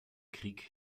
krieg